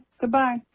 goodbye